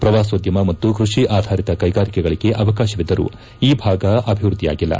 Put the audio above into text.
ಪ್ರವಾಸೋದ್ಯಮ ಮತ್ತು ಕೃಷಿ ಆಧಾರಿತ ಕೈಗಾರಿಕೆಗಳಗೆ ಅವಕಾಶವಿದ್ದರೂ ಈ ಭಾಗ ಅಭಿವೃದ್ಧಿಯಾಗಿಲ್ಲ